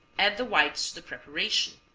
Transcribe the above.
add the whites to the preparation,